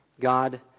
God